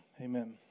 Amen